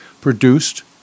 produced